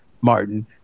Martin